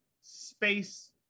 space